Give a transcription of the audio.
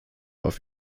auf